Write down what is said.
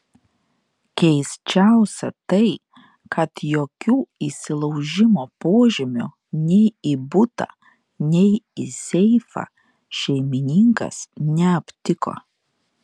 keisčiausia tai kad jokių įsilaužimo požymių nei į butą nei į seifą šeimininkas neaptiko